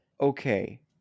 okay